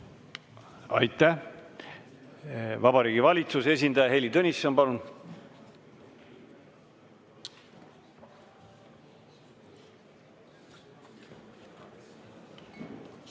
Aitäh! Vabariigi Valitsuse esindaja Heili Tõnisson, palun!